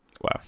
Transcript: Wow